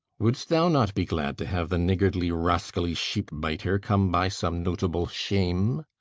wouldst thou not be glad to have the niggardly rascally sheep-biter come by some notable shame?